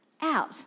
out